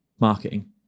marketing